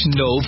no